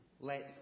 Let